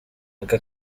aka